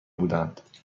بودند